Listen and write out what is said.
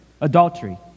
adultery